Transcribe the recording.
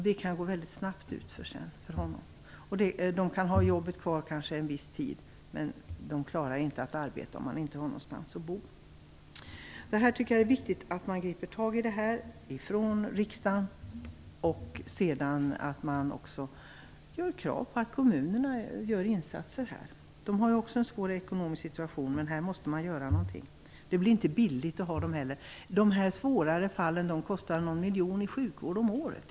Det kan gå mycket snabbt utför för dem. De kan ha sitt jobb kvar kanske en viss tid, men de klarar inte av att arbeta om de inte har någonstans att bo. Jag tycker att det är viktigt att riksdagen griper tag i det här och att man ställer krav på att kommunerna gör insatser. De har också en svår ekonomisk situation, men här måste man göra någonting. Det är inte billigt för kommunen med hemlösa personer. De svårare fallen kostar t.ex. någon miljon i sjukvård om året.